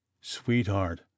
Sweetheart